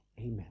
amen